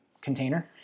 container